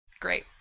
Great